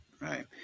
Right